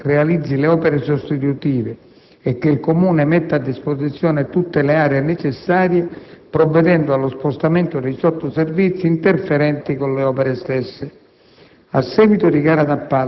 prevede che RFI realizzi le opere sostitutive e che il Comune metta a disposizione tutte le aree necessarie provvedendo allo spostamento dei sottoservizi interferenti con le opere stesse.